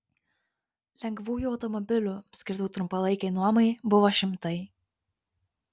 lengvųjų automobilių skirtų trumpalaikei nuomai buvo šimtai